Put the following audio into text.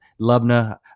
Lubna